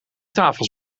tafels